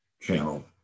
channel